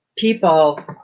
People